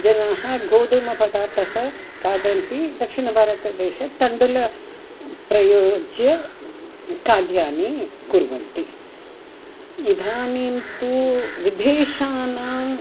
जनाः गोधूमपदार्थाः खादन्ति दक्षिणभारतदेशे तण्डुलान् प्रयुज्य खाद्यानि कुर्वन्ति इदानीं तु विदेशानाम्